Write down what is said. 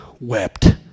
wept